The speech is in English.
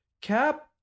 Cap